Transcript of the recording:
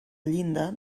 llinda